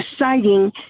deciding